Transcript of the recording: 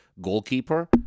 goalkeeper